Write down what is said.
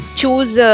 choose